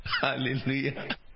Hallelujah